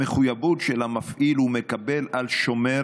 במחויבות של המפעיל הוא מקבל על שומר,